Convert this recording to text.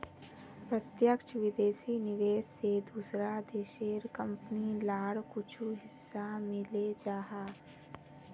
प्रत्यक्ष विदेशी निवेश से दूसरा देशेर कंपनी लार कुछु हिस्सा मिले जाहा